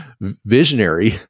visionary